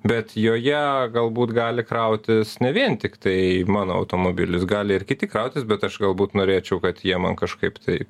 bet joje galbūt gali krautis ne vien tiktai mano automobilis gali ir kiti krautis bet aš galbūt norėčiau kad jie man kažkaip tai